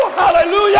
hallelujah